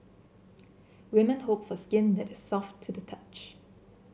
women hope for skin that is soft to the touch